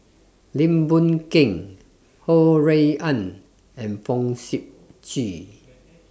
Lim Boon Keng Ho Rui An and Fong Sip Chee